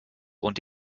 und